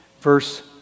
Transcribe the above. Verse